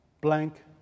blank